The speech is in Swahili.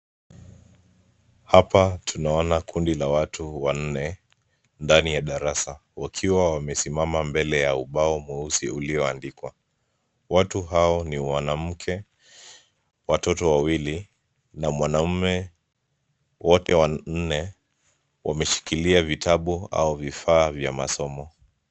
Hapa tunaona kundi la watu wanne ndani ya darasa wakiwa wamesimama mbele ya ubao mweusi ulioandikwa. Watu hao ni mwanamke, watoto wawili, na mwanaume . Wote wanne wameshikilia vitabu au vifaa vya masomo.